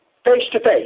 Face-to-face